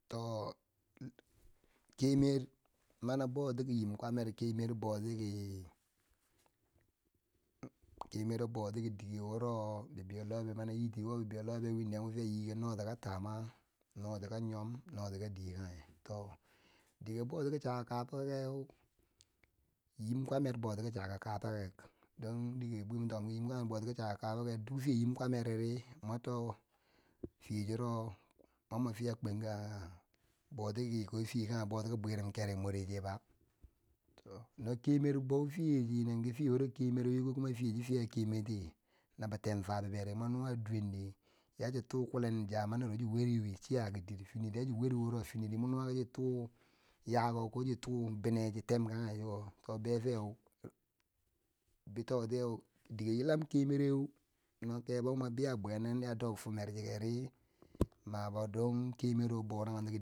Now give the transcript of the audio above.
To kemer mani a bouti ki nym kwamer, kemero bouti kemero bouti ki dike wuro bibeiyo lobe mana, a nyiti wo bibeiyo lobeu no ti ka tama, no ti ka nyom, no ti ka dike kange to dike bouti ki chaka kabo keu nyim kumer bouti ki chaka kabake, don dike ma tok miki bouti ki chaka kaba keu duk fiya nyim kwamereri ma to mwo fiye chiro mama fiya kwenka bouti ki ko fiye kange bouti ki bwirim kere mwo re cheba, to no kimer bou fiyechi nyinenki fiye wuro kemero wi ko fiye chi fiya kemerti nabi ten fabo beri, mwa nuwa duwendi ya chi to kulen zamaniro chin weri wi chiya kidir feneri chin weri wi, fineri mu huwa kichi to yako ko chi to bine to binne chi tem kanye chi ko to be feu dike yilan kemereu, no kebo mo biya bwenen na don fimer chikeri mabo, don kemero boran